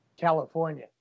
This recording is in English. California